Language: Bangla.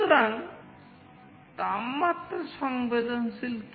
সুতরাং তাপমাত্রা সংবেদনশীল কি